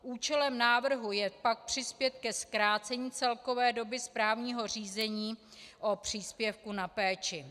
Účelem návrhu je přispět ke zkrácení celkové doby správního řízení o příspěvku na péči.